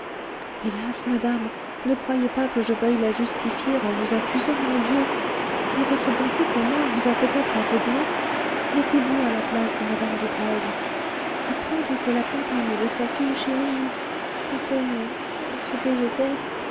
hélas madame ne croyez pas que je veuille la justifier en vous accusant mon dieu mais votre bonté pour moi vous a peut-être aveuglée mettez-vous à la place de mme dubreuil apprendre que la compagne de sa fille chérie était ce que j'étais